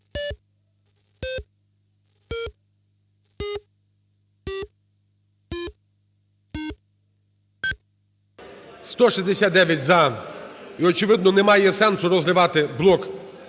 За-169 І, очевидно, немає сенсу розривати блок